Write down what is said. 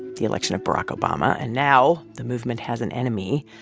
the election of barack obama, and now the movement has an enemy.